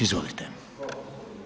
Izvolite.